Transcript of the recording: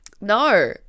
No